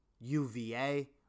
UVA